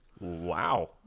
wow